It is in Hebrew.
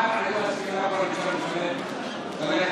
שנוגע יותר לציבור עם משפחות ברוכות ילדים.